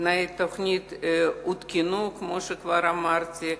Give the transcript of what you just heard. תנאי התוכנית עודכנו, כמו שכבר אמרתי,